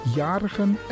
jarigen